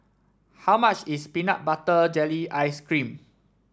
how much is Peanut Butter Jelly Ice cream